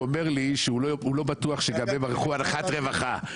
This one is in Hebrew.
הוא אומר לי שהוא לא בטוח שגם הם נאנחו אנחת רווחה.